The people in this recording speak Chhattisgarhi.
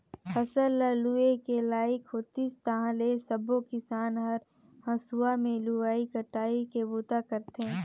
फसल ल लूए के लइक होतिस ताहाँले सबो किसान हर हंसुआ में लुवई कटई के बूता करथे